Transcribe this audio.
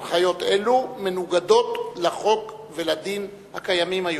הנחיות אלו מנוגדות לחוק ולדין הקיימים היום.